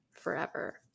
forever